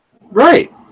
Right